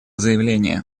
заявление